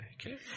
Okay